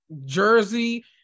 Jersey-